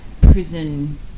prison